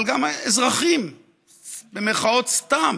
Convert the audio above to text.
אבל גם אזרחים "סתם",